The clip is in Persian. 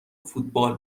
فوتبال